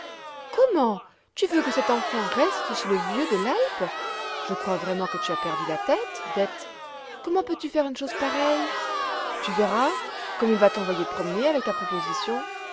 comment tu veux que cette enfant reste chez le vieux de l'alpe je crois vraiment que tu as perdu la tête dete comment peux-tu faire une chose pareille tu verras comme il va t'envoyer promener avec ta proposition